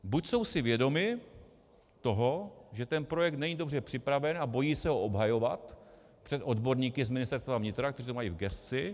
Buď jsou si vědomi toho, že ten projekt není dobře připraven, a bojí se ho obhajovat před odborníky z Ministerstva vnitra, kteří to mají v gesci.